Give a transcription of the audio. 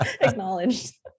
acknowledged